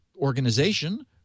organization